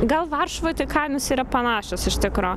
gal varšuvoj tai kainos yra panašios iš tikro